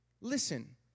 Listen